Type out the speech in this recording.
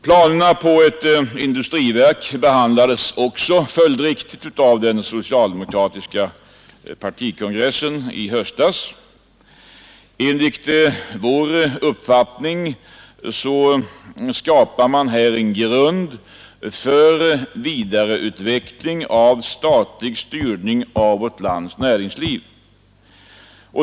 Planerna på ett industriverk behandlades också följdriktigt av den socialdemokratiska partikongressen i höstas. Enligt vår uppfattning skapas här en grund för vidareutveckling av statlig styrning av vårt lands näringsliv.